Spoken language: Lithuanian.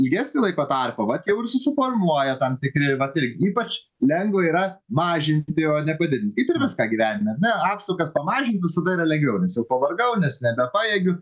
ilgesnį laiko tarpą vat jau ir susiformuoja tam tikri vat ir ypač lengva yra mažinti o ne padidint kaip ir viską gyvenime ar ne apsukas pamažint visada yra lengviau nes jau pavargau nes nebepajėgiu